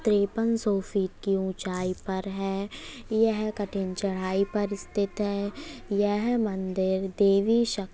तिरपन सौ फिट की ऊँचाई पर है यह कठिन चढ़ाई पर स्थित है यह मंदिर देवी शक्ति